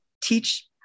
teach